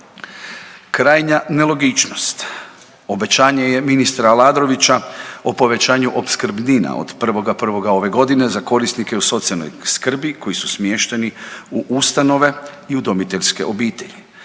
Krajnja nelogičnost obećanje je ministra Aladrovića o povećanju opskrbnina od 1.1. ove godine za korisnike u socijalnoj skrbi koji su smješteni u ustanove i udomiteljske obitelji.